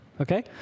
okay